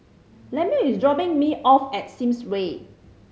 Lemuel is dropping me off at Sims Way